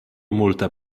multe